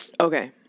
Okay